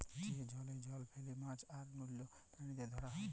যে জাল জলে ফেলে মাছ আর অল্য প্রালিদের ধরা হ্যয়